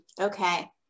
Okay